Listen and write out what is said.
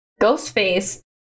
Ghostface